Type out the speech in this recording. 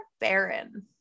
Baron